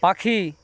পাখি